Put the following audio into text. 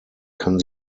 kann